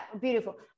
beautiful